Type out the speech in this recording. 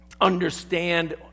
understand